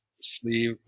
sleeve